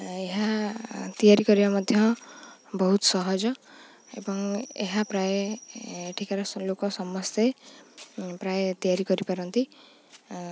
ଏହା ତିଆରି କରିବା ମଧ୍ୟ ବହୁତ ସହଜ ଏବଂ ଏହା ପ୍ରାୟ ଏଠିକାର ଲୋକ ସମସ୍ତେ ପ୍ରାୟ ତିଆରି କରିପାରନ୍ତି